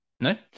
No